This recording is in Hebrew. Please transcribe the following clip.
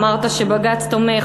אמרת שבג"ץ תומך,